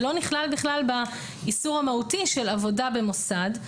זה לא נכלל בכלל באיסור המהותי של עבודה במוסד.